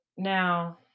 Now